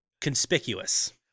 conspicuous